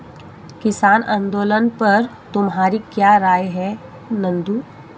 किसान आंदोलन पर तुम्हारी क्या राय है नंदू?